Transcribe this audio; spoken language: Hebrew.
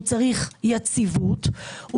יציבות,